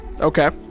Okay